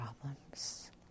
problems